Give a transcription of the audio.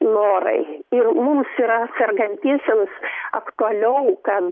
norai ir mums yra sergantiesiems aktualiau kad